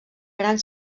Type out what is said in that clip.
gran